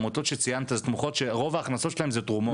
העמותות שציינת זה רוב ההכנסות שלהן זה תרומות.